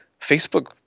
Facebook